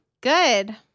Good